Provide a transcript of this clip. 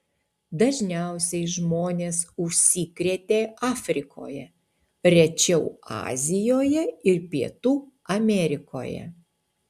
dažniausiai žmonės užsikrėtė afrikoje rečiau azijoje ir pietų amerikoje